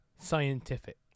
scientific